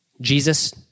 Jesus